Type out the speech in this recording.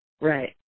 Right